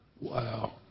Wow